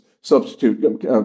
substitute